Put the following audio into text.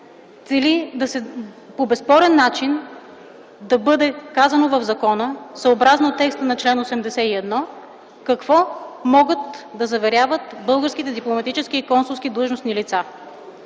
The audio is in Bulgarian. цели по безспорен начин да бъде казано в закона, съобразно текста на чл. 81, какво могат да заверяват българските дипломатически и консулски длъжностни лица